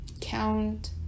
count